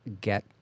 get